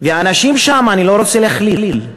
והאנשים שם, אני לא רוצה להכליל,